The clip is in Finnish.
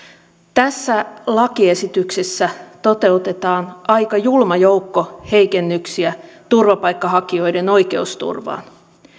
tässä lakiesityksessä toteutetaan aika julma joukko heikennyksiä turvapaikanhakijoiden oikeusturvaan